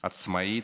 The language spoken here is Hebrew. עצמאית,